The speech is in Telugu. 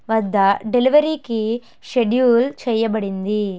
వద్ద డెలివరీకి షెడ్యూల్ చెయ్యబడింది